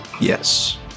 Yes